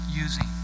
using